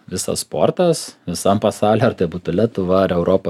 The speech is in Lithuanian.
visas sportas visam pasauly ar tai būtų lietuva ar europa